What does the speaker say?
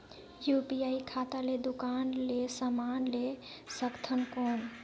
UPI खाता ले दुकान ले समान ले सकथन कौन?